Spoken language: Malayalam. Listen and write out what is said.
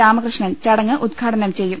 രാമകൃഷ്ണൻ ചടങ്ങ് ഉദ്ഘാടനം ചെയ്യും